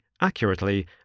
accurately